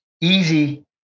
easy